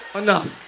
enough